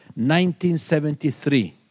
1973